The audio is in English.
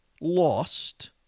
lost